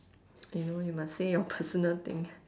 you know you must say your personal thing